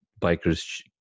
bikers